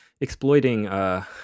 exploiting